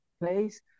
place